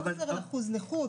הוא לא מדבר על אחוז נכות,